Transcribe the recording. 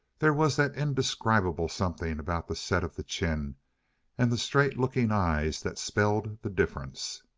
there was that indescribable something about the set of the chin and the straight-looking eyes that spelled the difference.